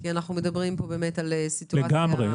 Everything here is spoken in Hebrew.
לגמרי.